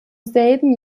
selben